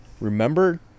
remember